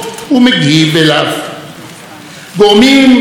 גורמים נעלמים מן העין ברשתות החברתיות,